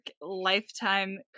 Lifetime